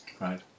Right